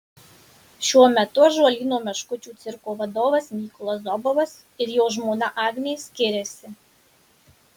šiuo metu ąžuolyno meškučių cirko vadovas mykolas zobovas ir jo žmona agnė skiriasi